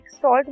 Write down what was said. salt